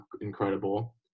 incredible